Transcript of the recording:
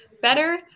better